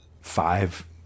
five